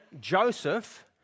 Joseph